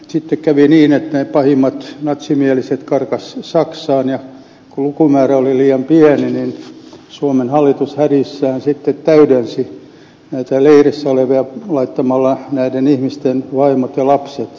sitten kävi niin että ne pahimmat natsimieliset karkasivat saksaan ja kun lukumäärä oli liian pieni niin suomen hallitus hädissään sitten täydensi näitä leirejä laittamalla näiden ihmisten vaimot ja lapset sinne täytteeksi